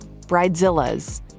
bridezillas